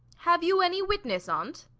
have you any witness on't?